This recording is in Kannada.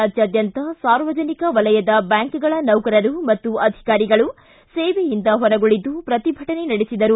ರಾಜ್ಯಾದ್ಯಂತ ಸಾರ್ವಜನಿಕ ವಲಯದ ಬ್ಯಾಂಕ್ಗಳ ನೌಕರರು ಮತ್ತು ಅಧಿಕಾರಿಗಳು ಸೇವೆಯಿಂದ ಹೊರಗುಳಿದು ಪ್ರತಿಭಟನೆ ನಡೆಸಿದರು